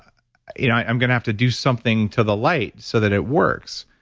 you know i'm going to have to do something to the light so that it works.